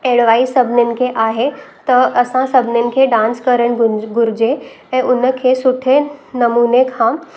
advice सभिनीनि खे आहे त असां सभिनीनि खे डांस करणु घुरिजे ऐं उनखे सुठे नमूने खां